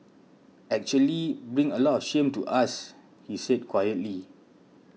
actually bring a lot of shame to us he said quietly